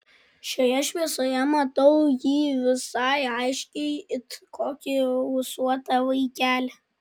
šioje šviesoje matau jį visai aiškiai it kokį ūsuotą vaikelį